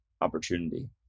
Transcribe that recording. opportunity